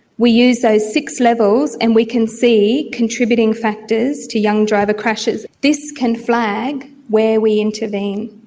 we use those six levels and we can see contributing factors to young driver crashes. this can flag where we intervene.